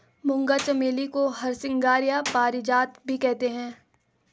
मूंगा चमेली को हरसिंगार या पारिजात भी कहते हैं